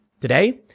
Today